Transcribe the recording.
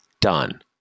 done